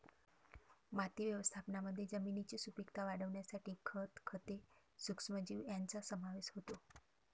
माती व्यवस्थापनामध्ये जमिनीची सुपीकता वाढवण्यासाठी खत, खते, सूक्ष्मजीव यांचा समावेश होतो